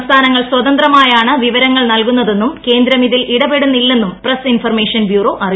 സംസ്ഥാനങ്ങൾ സ്വതന്ത്രമായാണ് വിവരങ്ങൾ നൽകുന്നതെന്നും കേന്ദ്രം ഇതിൽ ഇടപെടുന്നില്ലെന്നും പ്രസ് ഇൻഫർമേഷൻ ബ്യൂറോ അറിയിച്ചു